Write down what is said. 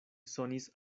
sonis